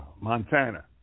Montana